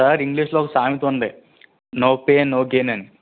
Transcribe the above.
sir ఇంగ్లీష్లో ఒక సామెతుంది నో పెయిన్ నో గెయిన్ అని